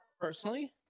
personally